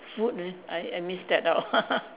food eh I I missed that out